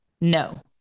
No